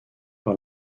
par